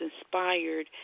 inspired